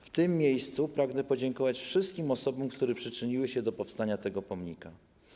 W tym miejscu pragnę podziękować wszystkim osobom, które przyczyniły się do powstania tego pomnika.